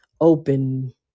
open